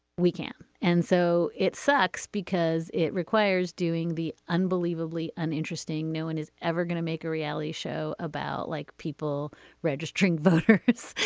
we can. and so it sucks because it requires doing the unbelievably uninteresting. no one and is ever gonna make a reality show about like people registering voters.